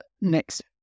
next